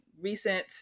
recent